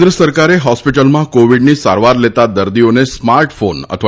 કેન્દ્ર સરકારે હોસ્પીટલમાં કોવીડની સારવાર લેતા દર્દીઓને સ્માર્ટફોન અથવા